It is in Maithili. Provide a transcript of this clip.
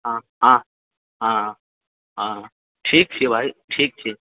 हँ हँ हँ हँ ठीक छी भाइ ठीक छी